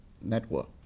network